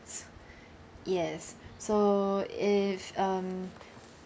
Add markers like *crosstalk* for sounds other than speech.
so *breath* yes so if um